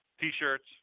T-shirts